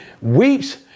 weeps